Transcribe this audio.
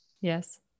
Yes